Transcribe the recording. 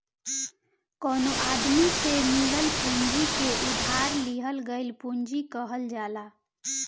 कवनो आदमी से मिलल पूंजी के उधार लिहल गईल पूंजी कहल जाला